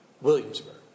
Williamsburg